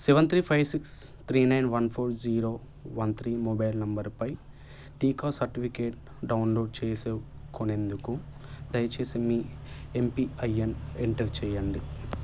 seven three five six three nine one four zero one three mobile నంబరుపై టీకా certificate download చేసుకునేందుకు దయచేసి మీ ఎంపిఐఎన్ ఎంటర్ చేయండి